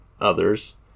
others